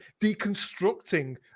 deconstructing